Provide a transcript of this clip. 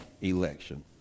election